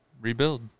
rebuild